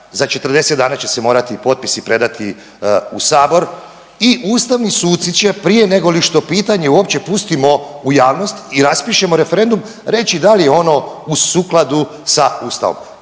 za 40 dana će se morati potpisi predati u Sabor i ustavni suci će prije negoli što pitanje uopće pustimo u javnost i raspišemo referendum reći da li je ono u skladu sa Ustavom.